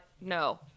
no